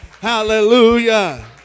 Hallelujah